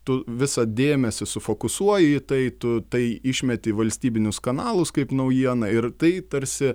tu visą dėmesį sufokusuoji į tai tu tai išmeti į valstybinius kanalus kaip naujieną ir tai tarsi